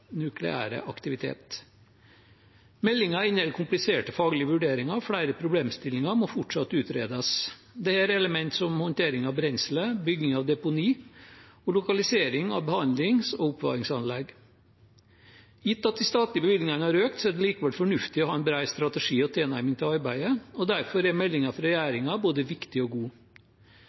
nukleære aktivitet. Meldingen inneholder kompliserte faglige vurderinger, og flere problemstillinger må fortsatt utredes. Det gjelder elementer som håndtering av brenselet, bygging av deponi og lokalisering av behandlings- og oppvarmingsanlegg. Gitt at de statlige bevilgningene har økt, er det likevel fornuftig å ha en bred strategi og tilnærming til arbeidet, og derfor er meldingen fra regjeringen både viktig og god.